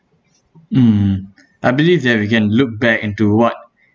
mm I believe that we can look back into what